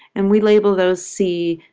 and we label those c,